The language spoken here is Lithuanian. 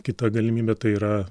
kita galimybė tai yra